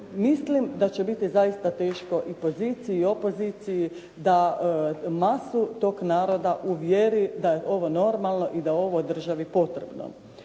mislim da će biti zaista teško i poziciji i opoziciji da masu tog naroda uvjeri da je ovo normalno i da je ovo državi potrebno.